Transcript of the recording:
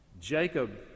Jacob